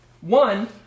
One